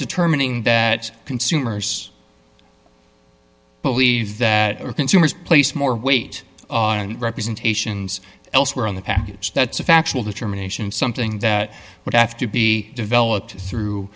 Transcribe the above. determining that consumers believe that consumers place more weight on representations elsewhere on the package that's a factual determination something that would have to be developed through